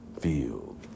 field